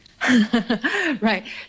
Right